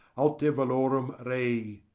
alter valorem rei,